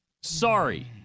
Sorry